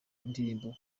indirimbo